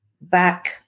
back